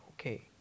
okay